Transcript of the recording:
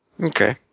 Okay